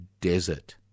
desert